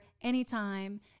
anytime